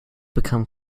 become